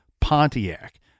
Pontiac